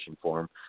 form